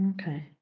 Okay